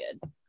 good